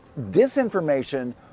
disinformation